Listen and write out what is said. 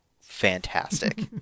fantastic